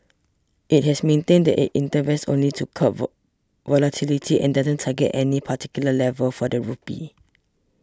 it has maintained that it intervenes only to curb volatility and doesn't target any particular level for the rupee